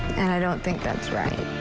and i don't think that's right.